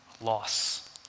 loss